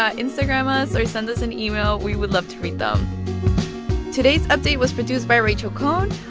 ah instagram us or send us an email. we would love to read them today's update was produced by rachel cohn.